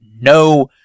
no